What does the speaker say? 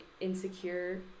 insecure